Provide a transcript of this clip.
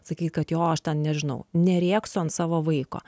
sakyt kad jo aš ten nežinau nerėksiu ant savo vaiko